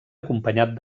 acompanyat